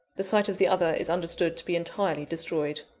the sight of the other is understood to be entirely destroyed.